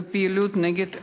ופעילות נגד אלימות.